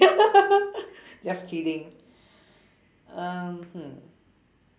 just kidding um hmm